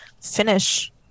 finish